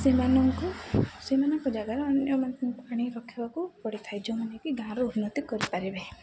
ସେମାନଙ୍କୁ ସେମାନଙ୍କ ଜାଗାରେ ଅନ୍ୟମାନଙ୍କୁ ଆଣି ରଖିବାକୁ ପଡ଼ିଥାଏ ଯେଉଁମାନେ କି ଗାଁର ଉନ୍ନତି କରିପାରିବେ